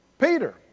Peter